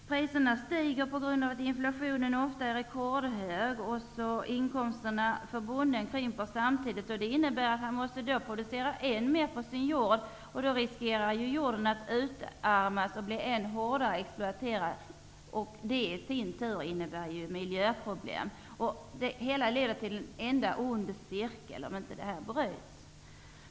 Priserna stiger på grund av att inflationen ofta är rekordhög samtidigt som inkomsterna för bonden krymper. Han måste då producera än mer på sin jord, som riskerar att utarmas ju hårdare den exploateras. Det innebär i sin tur miljöproblem. Det blir en ond cirkel, om processen inte avbryts.